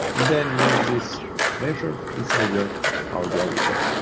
and then use this measure inside your power bi report